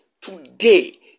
today